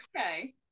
okay